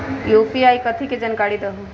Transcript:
UPI कथी है? जानकारी दहु